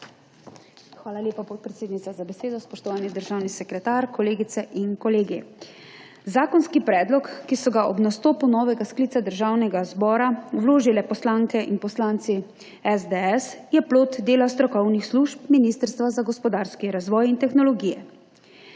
Hvala lepa, podpredsednica, za besedo. Spoštovani državni sekretar, kolegice in kolegi! Zakonski predlog, ki so ga ob nastopu novega sklica Državnega zbora vložili poslanke in poslanci SDS, je plod dela strokovnih služb Ministrstva za gospodarski razvoj in tehnologijo.